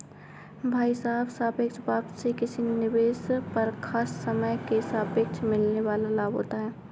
भाई साहब सापेक्ष वापसी किसी निवेश पर खास समय के सापेक्ष मिलने वाल लाभ होता है